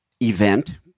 event